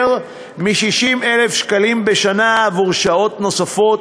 מ-60,000 שקלים בשנה עבור שעות נוספות,